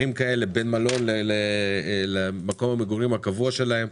כאלה בין מלון למקום המגורים הקבוע שלהם,